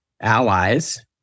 allies